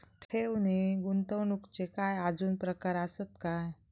ठेव नी गुंतवणूकचे काय आजुन प्रकार आसत काय?